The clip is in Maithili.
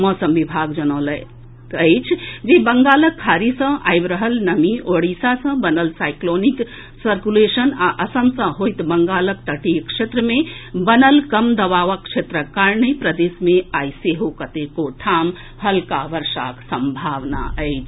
मौसम विभाग जनौलक अछि जे बंगालक खाड़ी सँ आबि रहल नमी ओड़िशा मे बनल साईक्लोनिक सर्कुलेशन आ असम सँ होइत बंगालक तटीय क्षेत्र मे बनल कम दबावक क्षेत्रक कारणे प्रदेश मे आई सेहो कतेको ठाम हल्का वर्षाक सम्भावना अछि